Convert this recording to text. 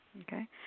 Okay